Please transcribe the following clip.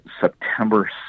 September